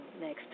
next